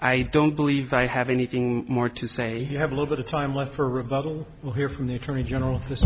i don't believe i have anything more to say you have a little bit of time left for rebuttal we'll hear from the attorney general th